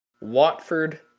Watford